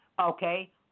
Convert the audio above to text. Okay